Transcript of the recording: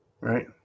Right